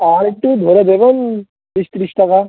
আর একটু ধরে দেবেন বিশ তিরিশ টাকা